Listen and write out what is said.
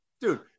dude